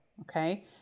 Okay